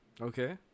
Okay